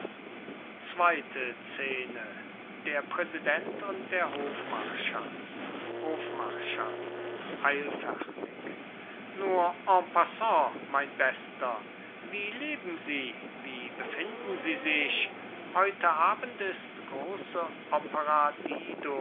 zweite scene der präsident und der hofmarschall hofmarschall eilfertig nur en passant mein bester wie leben sie wie befinden sie sich heute abend ist große